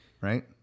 Right